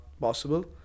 possible